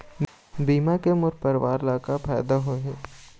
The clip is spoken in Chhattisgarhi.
बीमा के मोर परवार ला का फायदा होही?